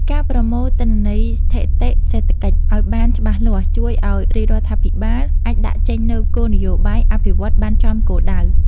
ការប្រមូលទិន្នន័យស្ថិតិសេដ្ឋកិច្ចឱ្យបានច្បាស់លាស់ជួយឱ្យរាជរដ្ឋាភិបាលអាចដាក់ចេញនូវគោលនយោបាយអភិវឌ្ឍន៍បានចំគោលដៅ។